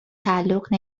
تعلق